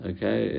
Okay